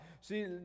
See